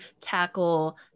tackle